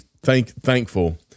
thankful